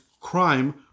crime